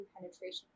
penetration